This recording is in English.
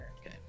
Okay